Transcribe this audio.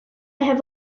have